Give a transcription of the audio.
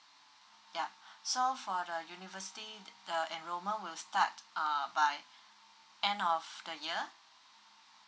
yup so for the university the enrollment will start err by end of the year